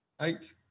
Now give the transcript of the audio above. eight